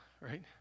right